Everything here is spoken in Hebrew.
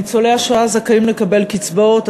ניצולי השואה זכאים לקבל קצבאות,